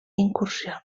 incursions